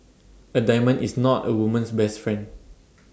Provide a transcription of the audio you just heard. A diamond is not A woman's best friend